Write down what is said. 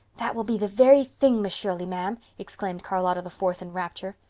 that will be the very thing, miss shirley, ma'am, exclaimed charlotta the fourth in rapture.